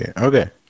Okay